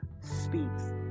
Speaks